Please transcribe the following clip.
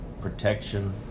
protection